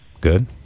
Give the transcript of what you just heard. Good